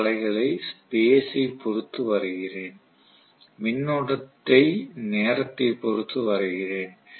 F அலைகளை space ஐ பொறுத்து வரைகிறேன் மின்னோட்டத்தை நேரத்தை பொறுத்து வரைகிறேன்